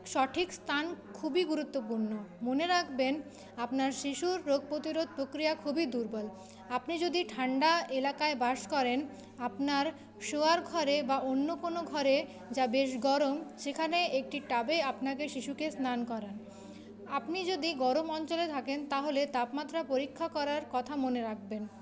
সঠিক স্থান খুবই গুরুত্বপূর্ণ মনে রাখবেন আপনার শিশুর রোগপ্রতিরোধ প্রক্রিয়া খুবই দুর্বল আপনি যদি ঠান্ডা এলাকায় বাস করেন আপনার শোওয়ার ঘরে বা অন্য কোনো ঘরে যা বেশ গরম সেখানে একটি টাবে আপনাদের শিশুকে স্নান করান আপনি যদি গরম অঞ্চলে থাকেন তাহলে তাপমাত্রা পরীক্ষা করার কথা মনে রাখবেন